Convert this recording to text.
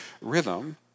rhythm